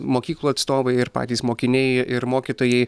mokyklų atstovai ir patys mokiniai ir mokytojai